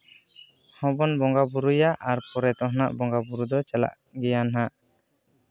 ᱦᱚᱸᱵᱚᱱ ᱵᱚᱸᱜᱟᱼᱵᱩᱨᱩᱭᱟ ᱟᱨ ᱯᱚᱨᱮᱛᱮ ᱦᱟᱸᱜ ᱵᱚᱸᱜᱟᱼᱵᱩᱨᱩ ᱫᱚ ᱪᱟᱞᱟᱜ ᱜᱮᱭᱟ ᱦᱟᱸᱜ